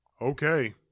Okay